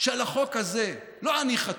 שעל החוק הזה לא אני חתום,